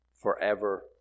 forever